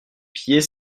pieds